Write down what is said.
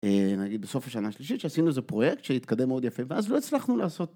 נגיד בסוף השנה השלישית שעשינו איזה פרויקט שהתקדם מאוד יפה ואז לא הצלחנו לעשות